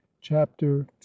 Chapter